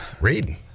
Reading